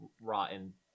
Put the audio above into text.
rotten